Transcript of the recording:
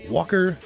Walker